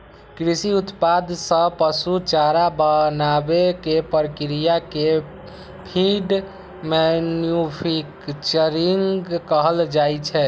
कृषि उत्पाद सं पशु चारा बनाबै के प्रक्रिया कें फीड मैन्यूफैक्चरिंग कहल जाइ छै